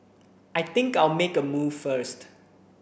I think I'll make a move first